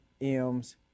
M's